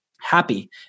happy